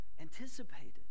anticipated